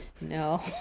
No